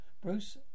Bruce